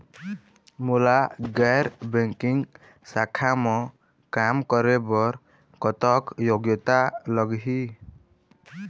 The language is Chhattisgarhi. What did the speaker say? मोला गैर बैंकिंग शाखा मा काम करे बर कतक योग्यता लगही?